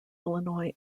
illinois